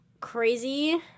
crazy